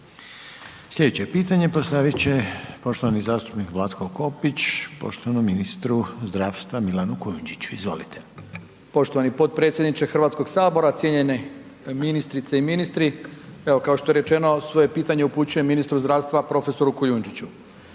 Sljedeće pitanje postaviti će poštovani zastupnik Vlatko Kopić poštovanom ministru zdravstva Milanu Kujundžiću. Izvolite. **Kopić, Vlatko (HDZ)** Poštovani potpredsjedniče Hrvatskoga sabora, cijenjene ministrice i ministri. Evo kao što je rečeno svoje pitanje upućujem ministru zdravstva prof. Kujundžiću.